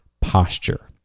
posture